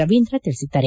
ರವೀಂದ್ರ ತಿಳಿಸಿದ್ದಾರೆ